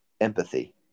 empathy